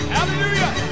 Hallelujah